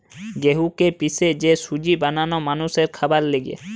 গেহুকে পিষে যে সুজি বানানো মানুষের খাবারের লিগে